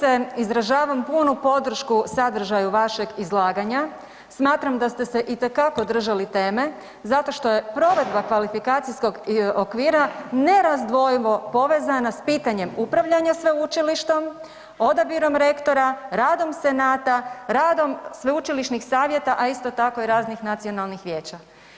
Poštovana kolegice, izražavam punu podršku sadržaju vašeg izlaganja, smatram da ste se itekako držali teme zato što je provedba kvalifikacijskog okvira nerazdvojivo povezana s pitanjem upravljanja sveučilištem, odabirom rektora, radom senata, radom sveučilišnih savjeta, a isto tako i raznih nacionalnih vijeća.